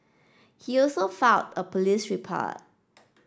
he also filed a police report